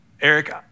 Eric